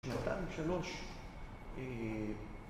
שנתיים-שלוש